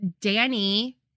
Danny